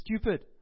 stupid